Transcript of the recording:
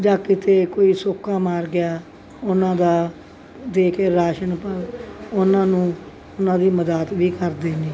ਜਾਂ ਕਿਤੇ ਕੋਈ ਸੋਕਾ ਮਾਰ ਗਿਆ ਉਹਨਾਂ ਦਾ ਦੇ ਕੇ ਰਾਸ਼ਨ ਉਹਨਾਂ ਨੂੰ ਉਹਨਾਂ ਦੀ ਮਦਦ ਵੀ ਕਰਦੇ ਨੇ